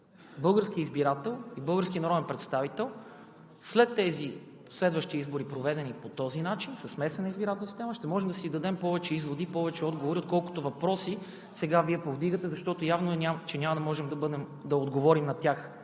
българският избирател и българският народен представител след следващите избори, проведени по този начин – със смесена избирателна система, ще можем да си направим повече изводи, да си дадем повече отговори, отколкото въпроси сега Вие повдигате. Явно, че в момента няма да можем да отговорим на тях.